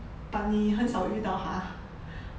but 你很少遇到他